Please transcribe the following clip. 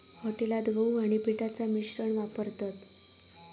हॉटेलात गहू आणि पिठाचा मिश्रण वापरतत